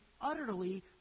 utterly